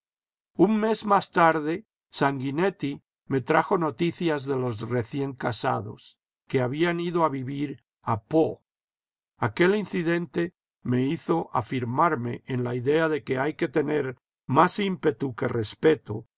un mes más tarde sanguinetti me trajo noticias de los recién casados que habían ido a vivir a pau aquel incidente me hizo afirmarme en la idea de que ha que tener más ímpetu que respeto